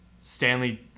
stanley